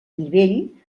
nivell